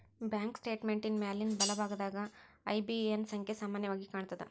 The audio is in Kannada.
ಬ್ಯಾಂಕ್ ಸ್ಟೇಟ್ಮೆಂಟಿನ್ ಮ್ಯಾಲಿನ್ ಬಲಭಾಗದಾಗ ಐ.ಬಿ.ಎ.ಎನ್ ಸಂಖ್ಯಾ ಸಾಮಾನ್ಯವಾಗಿ ಕಾಣ್ತದ